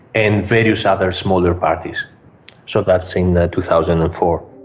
and various other smaller parties so that's in two thousand and four.